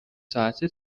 ساعته